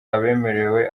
abemerewe